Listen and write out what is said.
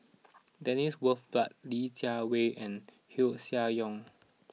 Dennis Bloodworth Li Jiawei and Koeh Sia Yong